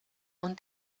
und